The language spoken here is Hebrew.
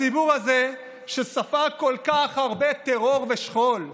הציבור הזה, שספג כל כך הרבה טרור ושכול,